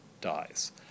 dies